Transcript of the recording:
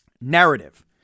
narrative